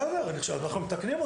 בסדר, נכשל אנחנו מתקנים אותו.